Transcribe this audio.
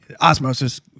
Osmosis